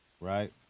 right